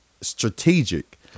strategic